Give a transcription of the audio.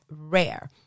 rare